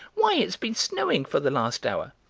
why, it's been snowing for the last hour.